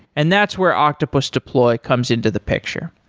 and that's where octopus deploy comes into the picture.